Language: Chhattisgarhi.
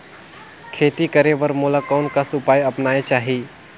खेती करे बर मोला कोन कस उपाय अपनाये चाही?